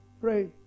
Pray